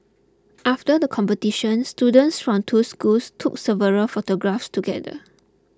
after the competition students from two schools took several photographs together